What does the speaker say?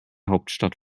hauptstadt